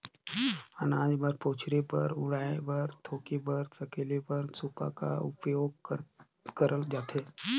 अनाज ल पछुरे बर, उड़वाए बर, धुके बर, सकेले बर सूपा का उपियोग करल जाथे